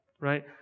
right